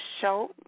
show